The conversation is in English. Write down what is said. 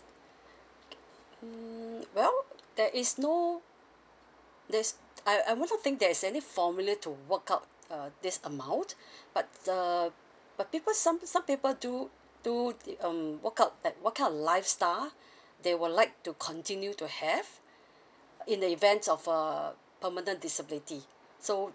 mm well there is no there's I I wouldn't think there's any formula to work out uh this amount but uh but people some some people do do the um work out what kind of lifestyle they would like to continue to have in the event of err permanent disability so